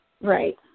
Right